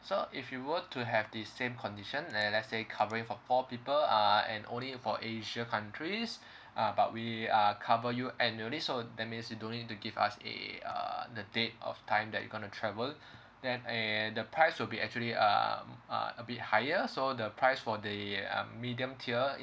so if you were to have the same condition l~ let's say covering for four people uh and only for asia countries uh but we are cover you annually so that means you don't need to give us a uh the date of time that you goin to travel then uh the price will be actually um uh a bit higher so the price for the um medium tier